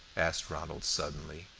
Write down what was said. asked ronald, suddenly.